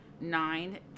nine